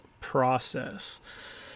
process